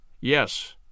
Yes